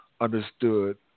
understood